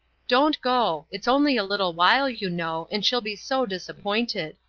don't go it's only a little while, you know, and she'll be so disappointed.